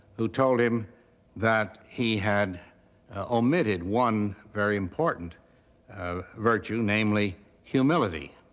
who told him that he had omitted one very important virtue, namely humility.